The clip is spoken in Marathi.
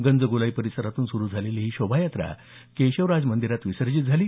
गंजगोलाई परिसरातून सुरू झालेली ही शोभायात्रा केशवराज मंदिरात विसर्जित झाली